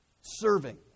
serving